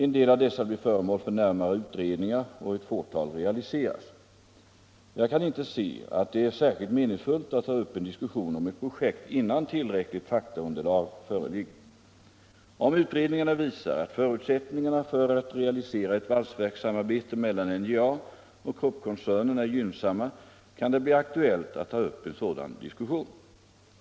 En del av dessa blir föremål för närmare utredningar och ett fåtal realiseras. Jag kan inte se att det är särskilt meningsfullt att ta upp en diskussion om ett projekt innan tillräckligt faktaunderlag föreligger. Om utredningarna visar att förutsättningarna för att realisera ett valsverkssamarbete mellan NJA och Kruppkoncernen är gynnsamma kan det bli aktuellt att ta upp en sådan diskussion.